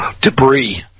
debris